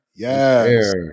Yes